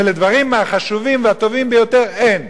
ולדברים החשובים והטובים ביותר אין.